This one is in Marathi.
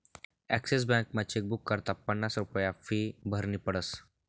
ॲक्सीस बॅकमा चेकबुक करता पन्नास रुप्या फी भरनी पडस